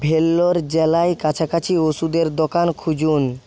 ভেলোর জেলায় কাছাকাছি ওষুধের দোকান খুঁজুন